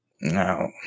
No